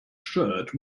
shirt